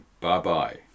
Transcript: Bye-bye